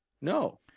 No